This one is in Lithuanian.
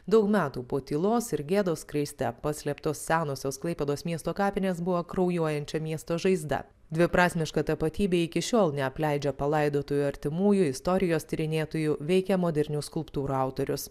daug metų po tylos ir gėdos skraiste paslėptos senosios klaipėdos miesto kapinės buvo kraujuojančia miesto žaizda dviprasmiška tapatybė iki šiol neapleidžia palaidotųjų artimųjų istorijos tyrinėtojų veikia modernių skulptūrų autorius